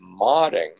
modding